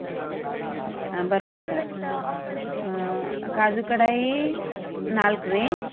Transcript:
ಹಾಂ ಓಕೆ ಬರ್ಕೋರಿ ಸರ್ ಕಾಜು ಕಡಾಯಿ ನಾಲ್ಕು ರಿ